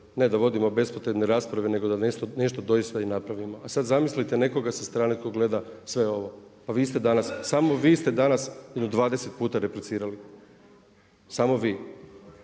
ne da vodimo bespotrebne rasprave nego da nešto doista i napravimo. A sad zamislite nekoga sa strane tko gleda sve ovo. Pa vi ste danas, samo vi ste danas jedno 20 puta replicirali, samo vi.